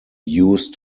used